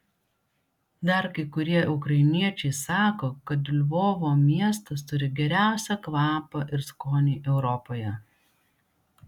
dar kai kurie ukrainiečiai sako kad lvovo miestas turi geriausią kvapą ir skonį europoje